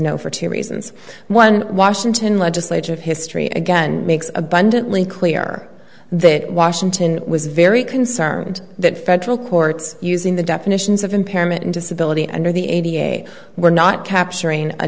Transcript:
no for two reasons one washington legislative history again makes abundantly clear that washington was very concerned that federal courts using the definitions of impairment and disability under the eighty eight were not capturing a